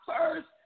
first